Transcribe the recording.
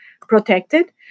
protected